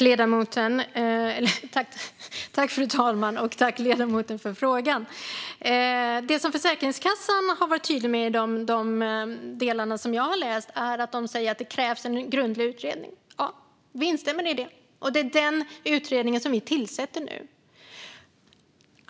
Fru talman! Tack, ledamoten, för frågan! Det som Försäkringskassan har varit tydlig med i de delar som jag har läst är att man säger att det krävs en grundlig utredning. Ja, vi instämmer i det. Det är den utredningen som vi tillsätter nu.